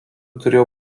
turėjo